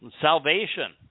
salvation